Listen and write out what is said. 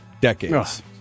decades